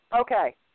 Okay